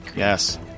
Yes